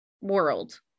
world